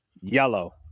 Yellow